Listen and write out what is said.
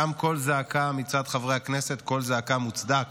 קם קול זעקה מצד חברי הכנסת, קול זעקה מוצדק